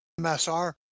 MSR